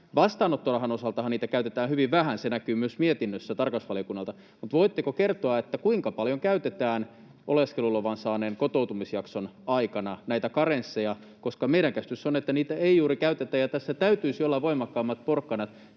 vastaanottorahan osaltahan niitä käytetään hyvin vähän, se näkyy myös mietinnössä tarkastusvaliokunnalta — niin voitteko kertoa, kuinka paljon käytetään oleskeluluvan saaneen kotoutumisjakson aikana näitä karensseja, koska meidän käsitys on, että niitä ei juuri käytetä ja tässä täytyisi olla voimakkaammat porkkanat.